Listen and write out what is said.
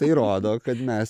tai rodo kad mes